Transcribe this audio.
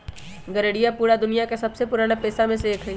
गरेड़िया पूरा दुनिया के सबसे पुराना पेशा में से एक हई